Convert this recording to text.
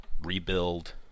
rebuild